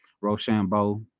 Rochambeau